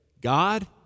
God